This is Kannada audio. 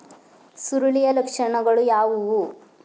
ಸುರುಳಿಯ ಲಕ್ಷಣಗಳು ಯಾವುವು?